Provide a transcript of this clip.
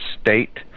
state